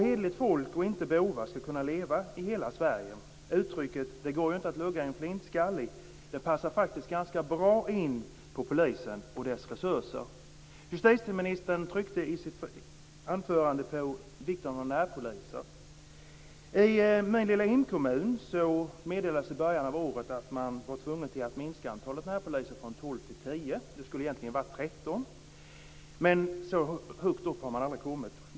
Hederligt folk och inte bovar skall kunna leva i hela Sverige. Uttrycket "Det går inte att lugga en flintskallig" passar faktiskt ganska bra in på polisen och dess resurser. Justitieministern tryckte i sitt anförande på vikten av närpoliser. I min lilla hemkommun meddelades i början av året att man var tvungen att minska antalet närpoliser från tolv till tio. Det skulle egentligen ha varit tretton poliser. Men så många har man aldrig haft.